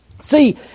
See